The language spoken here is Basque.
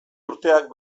urteak